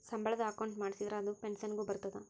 ಸಂಬಳದ ಅಕೌಂಟ್ ಮಾಡಿಸಿದರ ಅದು ಪೆನ್ಸನ್ ಗು ಬರ್ತದ